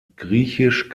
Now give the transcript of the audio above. griechisch